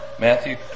Matthew